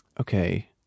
Okay